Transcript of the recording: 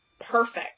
perfect